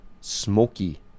Smoky